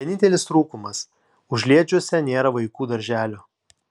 vienintelis trūkumas užliedžiuose nėra vaikų darželio